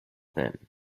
then